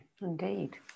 indeed